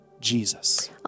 Jesus